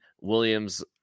Williams